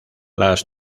las